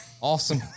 Awesome